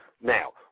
Now